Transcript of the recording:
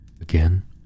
Again